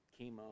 chemo